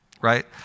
right